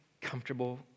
comfortable